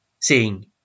seeing